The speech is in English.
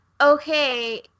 okay